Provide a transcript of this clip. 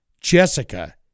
Jessica